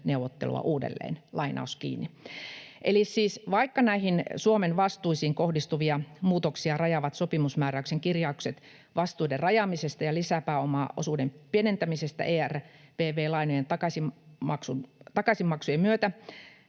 neuvottelua uudelleen.” Siis vaikka näihin Suomen vastuisiin kohdistuvia muutoksia rajaavat sopimusmääräyksen kirjaukset vastuiden rajaamisesta ja lisäpääomaosuuden pienentämisestä ERVV-lainojen takaisinmaksujen myötä,